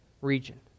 region